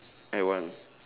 I want